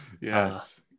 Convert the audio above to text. yes